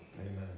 amen